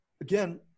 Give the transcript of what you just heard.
again